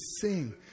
sing